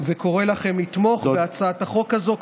וקורא לכם לתמוך בהצעת החוק הזו,